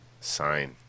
sign